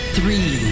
Three